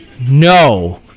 No